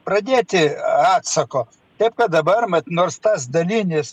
pradėti atsako taip kad dabar mat nors tas dalinis